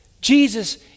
Jesus